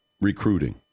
Recruiting